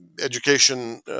education